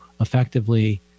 effectively